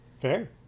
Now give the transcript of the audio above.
Fair